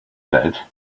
did